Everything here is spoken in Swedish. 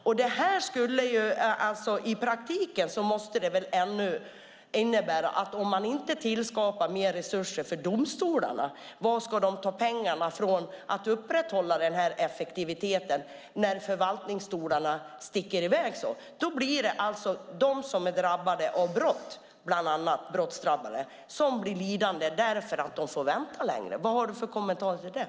Om man inte tillskapar mer resurser för domstolarna måste det väl i praktiken ändå innebära att de inte vet var de ska ta pengarna ifrån för att upprätthålla den här effektiviteten när förvaltningsdomstolarna sticker i väg. Då blir det de som är drabbade av brott, bland annat våldsdrabbade, som blir lidande därför att de får vänta längre. Vad har du för kommentar till det?